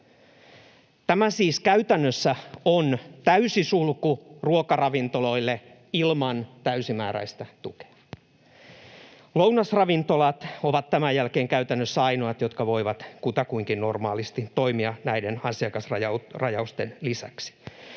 Tämä siis käytännössä on täysi sulku ruokaravintoloille ilman täysimääräistä tukea. Lounasravintolat ovat tämän jälkeen käytännössä ainoat, jotka voivat kutakuinkin normaalisti toimia näiden asiakasrajausten